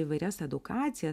įvairias edukacijas